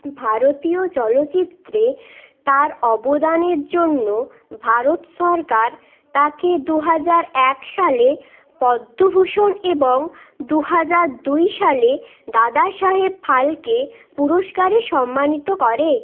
ভারতীয় চলচ্চিত্রে তার অবদানের জন্য ভারত সরকার তাকে দু হাজার এক সালে পদ্মভূষণ এবং দু হাজার দুই সালে দাদাসাহেব ফালকে পুরস্কারে সম্মানিত করে